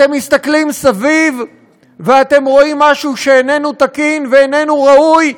אתם מסתכלים סביב ואתם רואים משהו שאיננו תקין ואיננו ראוי,